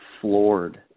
floored